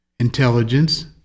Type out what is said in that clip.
Intelligence